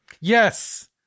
Yes